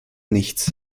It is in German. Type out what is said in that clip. nichts